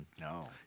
No